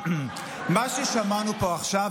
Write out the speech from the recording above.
מה ששמענו פה עכשיו,